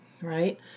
right